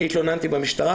התלוננתי במשטרה.